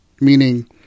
meaning